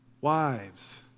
wives